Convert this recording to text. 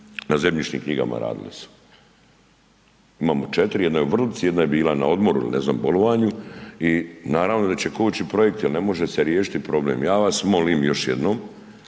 na zemljišnim knjigama radilo se. Imamo 4, jedna je u Vrlici, jedna je bila na odmoru ili ne znam, bolovanju i naravno da će kočit projekt jer ne može se riješiti problem. Ja vas molim, još jednom